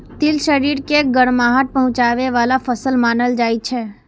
तिल शरीर के गरमाहट पहुंचाबै बला फसल मानल जाइ छै